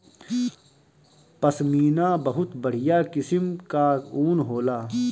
पश्मीना बहुत बढ़िया किसिम कअ ऊन होला